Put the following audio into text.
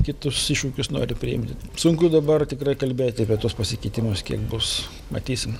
kitus iššūkius nori priimti sunku dabar tikrai kalbėti apie tuos pasikeitimus kiek bus matysim